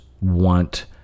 want